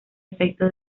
efecto